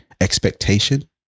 expectation